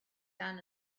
down